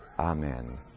Amen